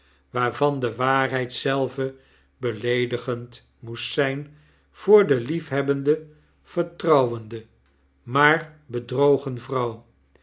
waarvan de waarheid zelve beleedigend moest zijn voordeliefhebbende vertrouwende maar bedrogen vrouw